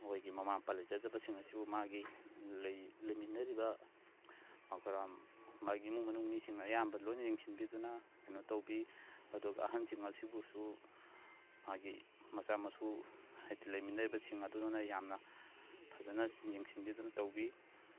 ꯃꯣꯏꯒꯤ ꯃꯃꯥ ꯃꯄꯥ ꯂꯩꯖꯗꯕꯁꯤꯡ ꯑꯁꯤꯕꯨ ꯃꯥꯒꯤ ꯂꯩꯃꯤꯟꯅꯔꯤꯕ ꯃꯈꯨꯔꯥ ꯃꯥꯒꯤ ꯏꯃꯨꯡ ꯃꯅꯨꯡ ꯃꯤꯁꯤꯡꯅ ꯑꯌꯥꯝꯕ ꯂꯣꯏꯅ ꯌꯦꯡꯁꯤꯟꯕꯨꯗꯅ ꯀꯩꯅꯣ ꯇꯧꯕꯤ ꯑꯗꯨꯒ ꯑꯍꯜꯁꯤꯡ ꯑꯁꯤꯕꯨꯁꯨ ꯃꯥꯒꯤ ꯃꯆꯥ ꯃꯁꯨ ꯍꯥꯏꯗꯤ ꯂꯩꯃꯤꯟꯅꯔꯤꯕꯁꯤꯡ ꯑꯗꯨꯅ ꯌꯥꯝꯅ ꯐꯖꯅ ꯌꯦꯡꯁꯤꯟꯕꯤꯗꯨꯅ ꯇꯧꯕꯤ